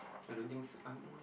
I don't think so I'm um